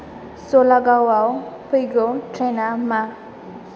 सलागावाव फैगौ ट्रेना मा